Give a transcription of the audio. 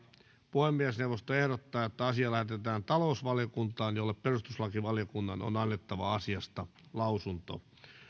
puhemiesneuvosto ehdottaa että asia lähetetään talousvaliokuntaan jolle perustuslakivaliokunnan on annettava lausunto